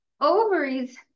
ovaries